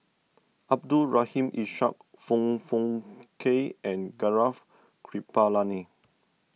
Abdul Rahim Ishak Foong Fook Kay and Gaurav Kripalani